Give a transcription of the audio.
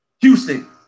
Houston